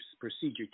procedure